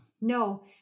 No